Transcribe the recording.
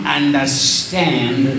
understand